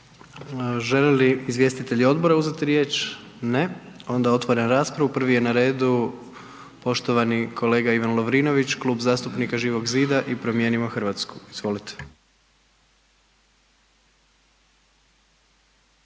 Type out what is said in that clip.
Žele li izvjestitelji odbora uzeti riječ? Ne. Onda otvaram raspravu. Prvi je na redu poštovani kolega Ivan Lovrinović, Klub zastupnika Živog zida i Promijenimo Hrvatsku. Izvolite.